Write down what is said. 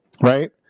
right